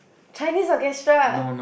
Chinese orchestra